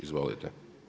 Izvolite.